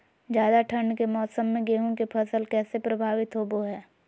ज्यादा ठंड के मौसम में गेहूं के फसल कैसे प्रभावित होबो हय?